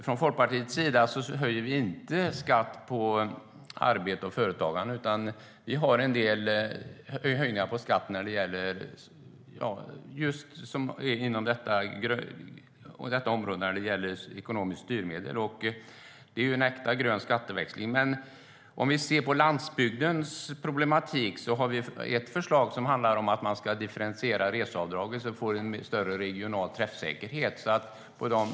Från Folkpartiets sida vill vi inte höja skatten på arbete och företagande. Vi föreslår en del höjningar av skatten inom detta område som ekonomiskt styrmedel. Det är en äkta grön skatteväxling. Om vi ser på landsbygdens problematik har vi ett förslag som handlar om att man ska differentiera reseavdraget så att det får en större regional träffsäkerhet.